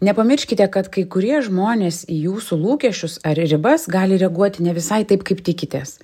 nepamirškite kad kai kurie žmonės į jūsų lūkesčius ar ribas gali reaguoti ne visai taip kaip tikitės